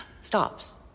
stops